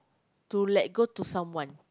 to let go to someone